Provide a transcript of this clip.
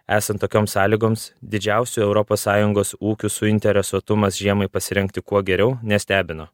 esant tokioms sąlygoms didžiausių europos sąjungos ūkių suinteresuotumas žiemai pasirengti kuo geriau nestebino